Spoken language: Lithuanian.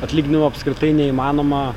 atlyginimų apskritai neįmanoma